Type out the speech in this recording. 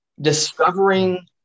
discovering